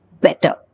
better